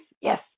Yes